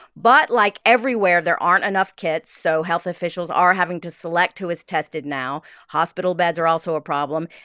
but like everywhere, there aren't enough kits. so health officials are having to select who is tested now. hospital beds are also a problem.